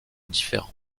différents